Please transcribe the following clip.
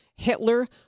Hitler